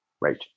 Right